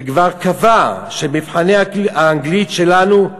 וכבר קבע שמבחני האנגלית שלנו,